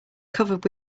covered